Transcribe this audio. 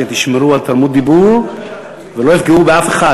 ישמרו על תרבות דיבור ולא יפגעו באף אחד.